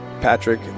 Patrick